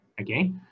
okay